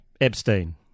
Epstein